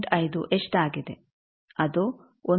5 ಎಷ್ಟಾಗಿದೆ ಅದು 1